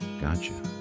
gotcha